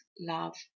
love